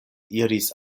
iris